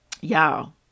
y'all